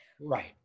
right